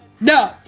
No